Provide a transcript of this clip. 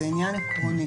זה עניין עקרוני.